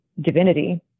divinity